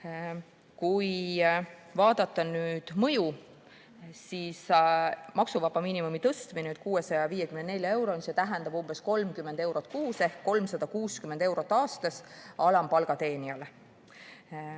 vaadata mõju, siis maksuvaba miinimumi tõstmine 654 euroni tähendab umbes 30 eurot kuus ehk 360 eurot aastas alampalga teenijale.